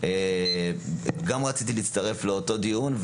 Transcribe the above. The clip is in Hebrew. גם אני רציתי להצטרף לאותו דיון,